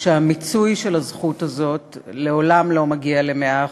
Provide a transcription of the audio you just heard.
שהמיצוי של הזכות הזאת לעולם לא מגיע ל-100%,